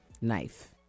Knife